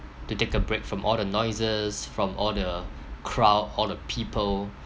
to take a break from all the noises from all the crowd all the people